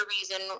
reason